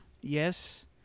Yes